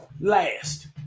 last